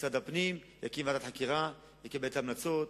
משרד הפנים יקים ועדת חקירה ויקבל את ההמלצות,